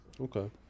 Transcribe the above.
Okay